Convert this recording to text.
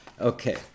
Okay